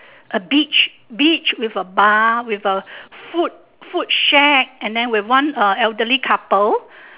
a beach beach with a bar with a food food shack and then with one uh elderly couple